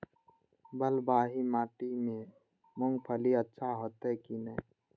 बलवाही माटी में मूंगफली अच्छा होते की ने?